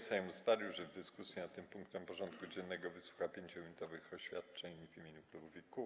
Sejm ustalił, że w dyskusji nad tym punktem porządku dziennego wysłucha 5-minutowych oświadczeń w imieniu klubów i kół.